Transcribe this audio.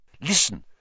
Listen